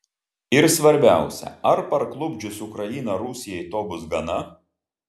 ir svarbiausia ar parklupdžius ukrainą rusijai to bus gana